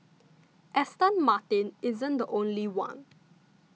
Aston Martin isn't the only one